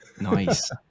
Nice